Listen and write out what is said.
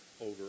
over